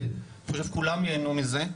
אני חושב שכולם ייהנו מזה.